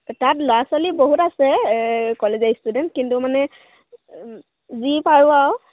তাত ল'ৰা ছোৱালী বহুত আছে কলেজৰ ষ্টুডেণ্ট কিন্তু মানে যি পাৰোঁ আৰু